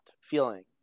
feeling